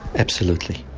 absolutely.